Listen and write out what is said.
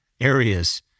areas